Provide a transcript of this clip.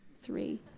Three